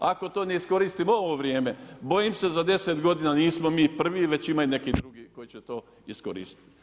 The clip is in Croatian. Ako to ne iskoristimo u ovo vrijeme, bojim se za 10 godina nismo mi prvi već ima i neki drugi koji će to iskoristiti.